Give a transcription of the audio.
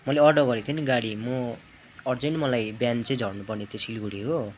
मैले अर्डर गरेको थिएँ नि गाडी म अर्जेन्ट मलाई बिहान चाहिँ झर्नु पर्ने थियो सिलगढी हो